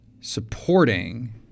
supporting